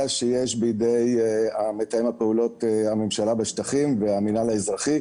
שיש בידי מתאם פעולות הממשלה בשטחים והמינהל האזרחי.